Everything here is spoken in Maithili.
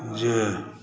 जे